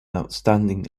outstanding